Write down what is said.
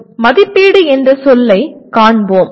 இப்போது மதிப்பீடு என்ற சொல்லை காண்போம்